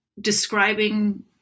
describing